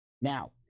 Now